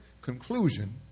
conclusion